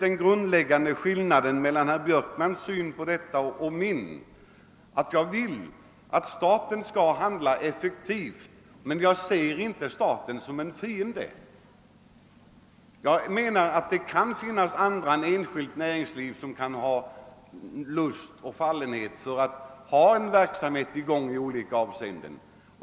Den grundläggande skillnaden mellan herr Björkmans syn på detta och min är att jag vill att staten skall kunna handla effektivt, och jag ser inte staten som en fiende. Jag menar att det inte bara är inom det enskilda näringslivet som man kan ha lust och fallenhet för att ha en verksamhet i gång i olika avseenden.